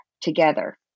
together